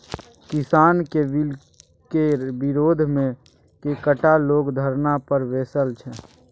किसानक बिलकेर विरोधमे कैकटा लोग धरना पर बैसल छै